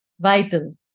Vital